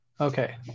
Okay